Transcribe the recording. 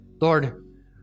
Lord